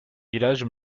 village